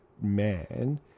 man